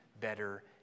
better